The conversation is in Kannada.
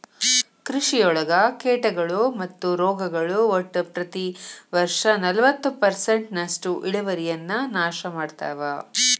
ಕೃಷಿಯೊಳಗ ಕೇಟಗಳು ಮತ್ತು ರೋಗಗಳು ಒಟ್ಟ ಪ್ರತಿ ವರ್ಷನಲವತ್ತು ಪರ್ಸೆಂಟ್ನಷ್ಟು ಇಳುವರಿಯನ್ನ ನಾಶ ಮಾಡ್ತಾವ